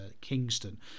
Kingston